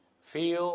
feel